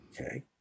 Okay